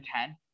ten